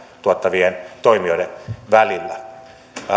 tuottavien toimijoiden välillä